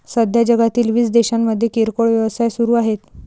सध्या जगातील वीस देशांमध्ये किरकोळ व्यवसाय सुरू आहेत